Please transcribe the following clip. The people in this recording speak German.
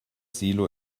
silo